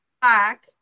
black